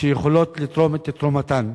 שיכולות לתרום את תרומתן.